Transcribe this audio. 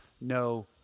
no